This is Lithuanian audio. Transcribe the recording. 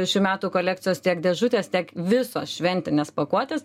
šių metų kolekcijos tiek dėžutės tiek visos šventinės pakuotės